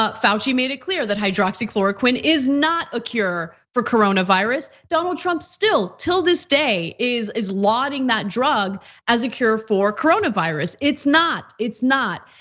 fauci made it clear that hydroxychloroquine is not a cure for coronavirus. donald trump, still, till this day, is is lauding that drug as a cure for coronavirus. it's not, it's not.